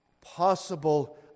possible